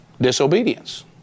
disobedience